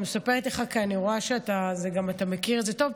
אני מספרת לך כי אני רואה שאתה מכיר את זה טוב,